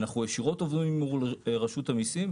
אנחנו ישירות עובדים מול רשות המיסים,